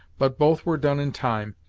but both were done in time,